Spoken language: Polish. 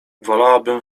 wolałabym